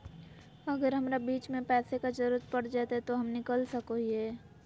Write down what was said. अगर हमरा बीच में पैसे का जरूरत पड़ जयते तो हम निकल सको हीये